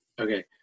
Okay